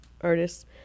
artists